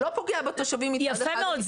שלא פוגע בתושבים --- יפה מאוד.